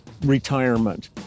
retirement